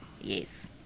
Yes